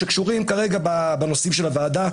וקשורים בנושאים של הוועדה.